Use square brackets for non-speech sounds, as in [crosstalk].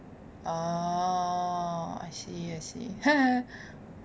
oh I see I see [laughs]